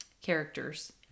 characters